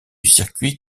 circuit